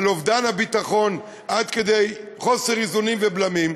על אובדן הביטחון עד כדי חוסר איזונים ובלמים.